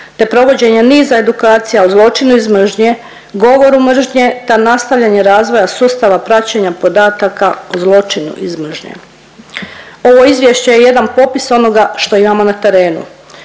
te provođenje niza edukacija o zločinu iz mržnje, govoru mržnje te nastavljanje razvoja sustava praćenja podataka o zločinu iz mržnje. Ovo izvješće je jedan popis onoga što imamo na terenu.